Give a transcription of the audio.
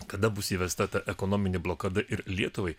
kada bus įvesta ta ekonominė blokada ir lietuvai